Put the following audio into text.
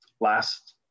last